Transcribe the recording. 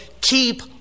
keep